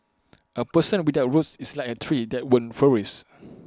A person without roots is like A tree that won't flourish